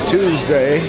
Tuesday